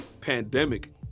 pandemic